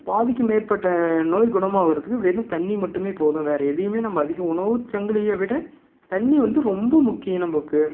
பாதிக்கு மேற்பட்ட நோய் குணமாகிறதுக்கு வெறும் தண்ணி மட்டுமே போதும் வேறு எதையுமே நம்ம அதிக உணவு சங்கிலியை விட தண்ணி வந்து ரொம்ப முக்கியம் நமக்கு